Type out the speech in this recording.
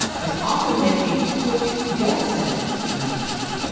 has often meant a quick death sentence in our history. yeah